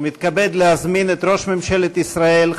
ומתכבד להזמין את ראש ממשלת ישראל,